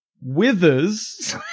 Withers